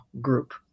group